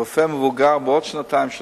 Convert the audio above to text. רופא מבוגר בעוד שנתיים,